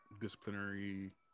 disciplinary